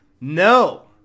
No